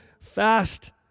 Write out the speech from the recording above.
fast